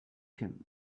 him